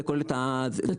זה כולל את העופות,